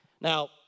Now